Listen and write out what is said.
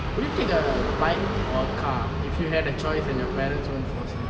would you take err bike or car if you had the choice and your parents weren't forcing you